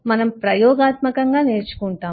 మనము ప్రయోగాత్మకంగా నేర్చుకుంటాము